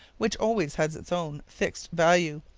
which always has its own fixed value,